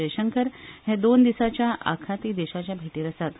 जयशंकर हे दोन दिसांच्या आखाती देशांच्या भेटीर आसात